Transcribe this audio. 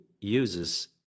uses